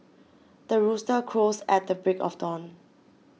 the rooster crows at the break of dawn